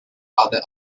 other